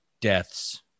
deaths